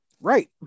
Right